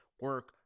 Work